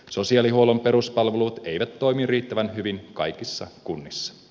sosiaalihuollon peruspalvelut eivät toimi riittävän hyvin kaikissa kunnissa